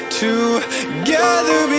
together